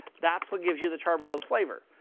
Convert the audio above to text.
that's what gives you the charbroiled flavor.